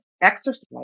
exercise